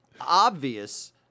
obvious